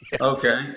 okay